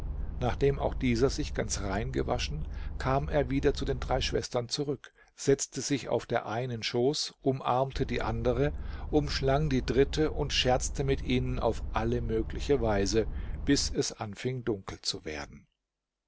nachdem auch dieser sich ganz rein gewaschen kam er wieder zu den drei schwestern zurück setzte sich auf der einen schoß umarmte die andere umschlang die dritte und scherzte mit ihnen auf alle mögliche weise bis es anfing dunkel zu werden